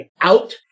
out